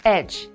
Edge